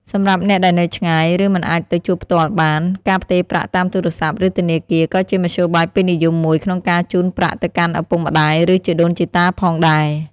សម្រាប់អ្នកដែលនៅឆ្ងាយ ឬមិនអាចទៅជួបផ្ទាល់បាន ការផ្ទេរប្រាក់តាមទូរស័ព្ទ ឬធនាគារ ក៏ជាមធ្យោបាយពេញនិយមមួយក្នុងការជូនប្រាក់ទៅកាន់ឪពុកម្តាយ ឬជីដូនជីតាផងដែរ។